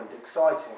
exciting